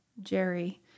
Jerry